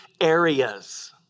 areas